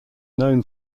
known